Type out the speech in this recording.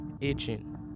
itching